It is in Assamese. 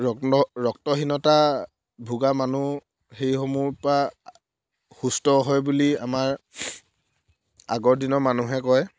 ৰক্ত ৰক্তহীনতা ভোগা মানুহ সেইসমূহৰ পৰা সুস্থ হয় বুলি আমাৰ আগৰ দিনৰ মানুহে কয়